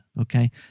okay